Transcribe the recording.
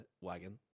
wagon